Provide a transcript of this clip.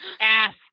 Ass